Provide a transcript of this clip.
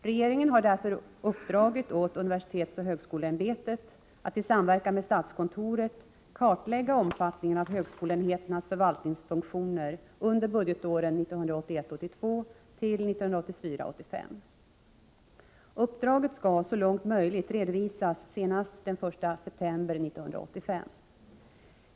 Regeringen har därför uppdragit åt universitetsoch högskoleämbetet att i samverkan med statskontoret kartlägga omfattningen av högskoleenheternas förvaltningsfunktioner under budgetåren 1981 85. Uppdraget skall så långt möjligt redovisas senast den 1 september 1985.